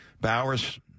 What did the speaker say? Bowers